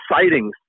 sightings